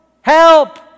Help